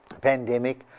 pandemic